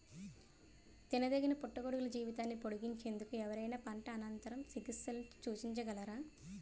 తినదగిన పుట్టగొడుగుల జీవితాన్ని పొడిగించేందుకు ఎవరైనా పంట అనంతర చికిత్సలను సూచించగలరా?